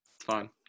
Fine